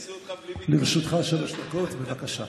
לרשותך שלוש דקות, בבקשה.